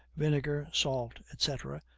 vinegar, salt, etc,